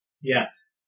Yes